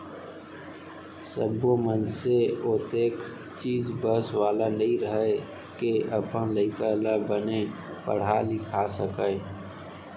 सब्बो मनसे ओतेख चीज बस वाला नइ रहय के अपन लइका ल बने पड़हा लिखा सकय